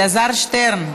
אלעזר שטרן,